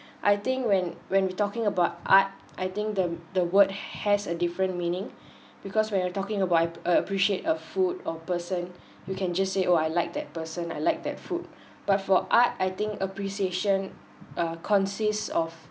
I think when when we talking about art I think the the word has a different meaning because when you're talking about ip~ uh appreciate a food or person you can just say oh I liked that person I like that food but for art I think appreciation uh consists of